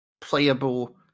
playable